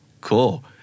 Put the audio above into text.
Cool